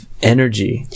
energy